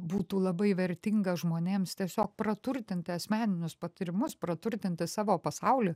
būtų labai vertinga žmonėms tiesiog praturtinti asmeninius patyrimus praturtinti savo pasaulį